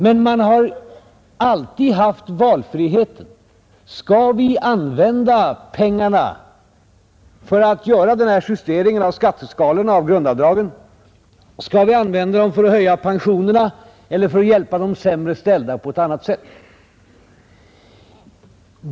Men vi har alltid haft valfriheten, möjligheten att välja om vi skall använda pengarna för att göra en justering av skatteskalorna och grundavdragen, för att höja pensionerna eller för att hjälpa de sämre ställda på något annat sätt.